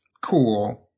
cool